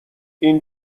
این